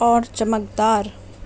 اور چمکدار